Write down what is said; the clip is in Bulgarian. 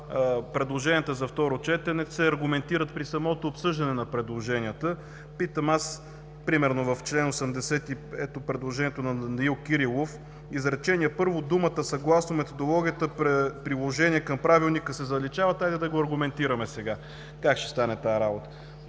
предложенията за второ четене се аргументират при самото обсъждане на предложенията. Ето предложението на Данаил Кирилов: изречение първо, думите „съгласно методологията, приложение към Правилника“ се заличават. Хайде да го аргументираме – как ще стане тази работа?!